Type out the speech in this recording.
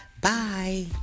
Bye